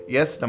Yes